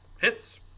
Hits